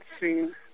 seen